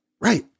right